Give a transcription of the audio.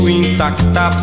intacta